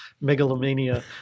megalomania